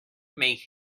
make